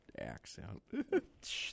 accent